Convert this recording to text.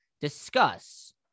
discuss